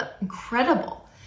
incredible